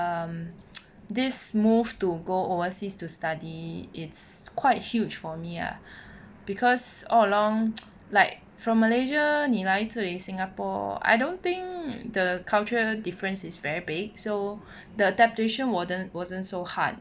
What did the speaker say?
um this move to go overseas to study it's quite huge for me ah because all along like from malaysia 你来这里 singapore I don't think the cultural difference is very big so the temptation wasn't wasn't so hard